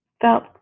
felt